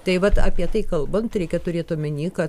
tai vat apie tai kalbant reikia turėt omeny kad